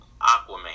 Aquaman